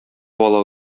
бала